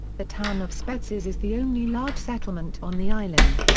the town of spetses is the only large settlement on the island.